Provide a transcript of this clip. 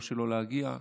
לא שלא להגיע,